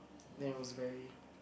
then it was very